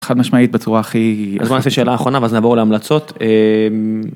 חד משמעית בצורה הכי, אז בוא נעשה שאלה אחרונה ואז נבוא להמלצות.